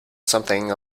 something